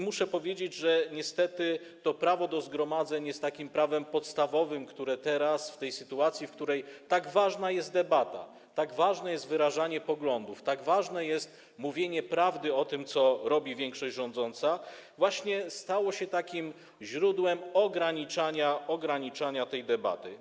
Muszę powiedzieć, że prawo do zgromadzeń jest takim prawem podstawowym, które teraz, w tej sytuacji, w której tak ważna jest debata, tak ważne jest wyrażanie poglądów, tak ważne jest mówienie prawdy o tym, co robi większość rządząca, stało się źródłem ograniczania tej debaty.